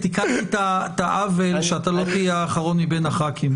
אתה לא תהיה אחרון הדוברים מבין חברי הכנסת.